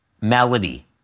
melody